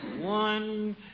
One